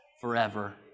forever